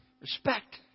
respect